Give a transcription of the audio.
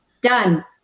Done